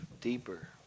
deeper